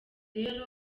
rero